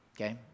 Okay